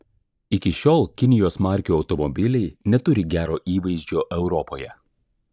iki šiol kinijos markių automobiliai neturi gero įvaizdžio europoje